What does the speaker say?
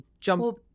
jump